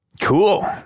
Cool